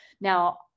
Now